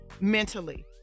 mentally